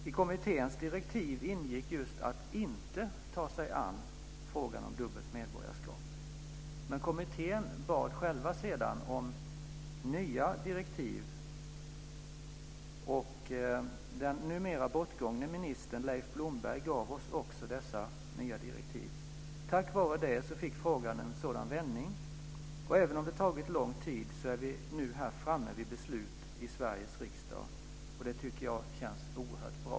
I kommitténs direktiv ingick just att inte ta sig an frågan om dubbelt medborgarskap. Men kommittén själv bad sedan om nya direktiv, och den numera bortgångne ministern Leif Blomberg gav oss också dessa nya direktiv. Tack vare det så fick frågan en sådan vändning, och även om det tagit lång tid så är vi nu framme vid beslut i Sveriges riksdag. Det tycker jag känns oerhört bra.